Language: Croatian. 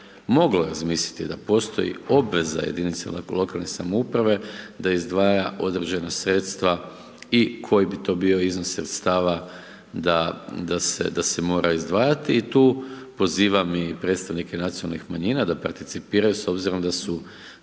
moglo razmisliti da postoji obveza jedinicama lokalne samouprave da izdvaja određena sredstva i koji bi to bio iznos sredstava da se mora izdvajati. I tu pozivam i predstavnike nacionalnih manjina da percipiraju s obzirom da su